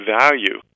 value